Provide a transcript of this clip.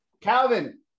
calvin